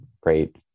great